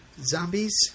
zombies